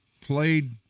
played